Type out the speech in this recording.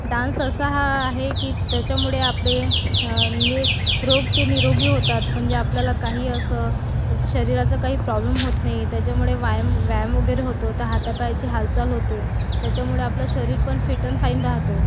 dance असा हा आहे की त्याच्यामुळे आपले म्हणजे रोग ते निरोगी होतात म्हणजे आपल्याला काही असं शरीराचा काही प्रॉब्लेम होत नाही त्याच्यामुळं वायाम व्यायाम वगैरे होतो तर हातापायाची हालचाल होते त्याच्यामुळं आपलं शरीर पण फिट अँड फाइन राहतो